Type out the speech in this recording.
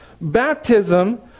Baptism